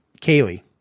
Kaylee